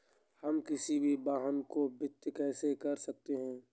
हम किसी भी वाहन को वित्त कैसे कर सकते हैं?